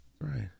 right